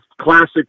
classic